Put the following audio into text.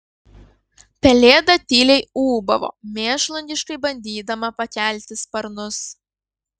pelėda tyliai ūbavo mėšlungiškai bandydama pakelti sparnus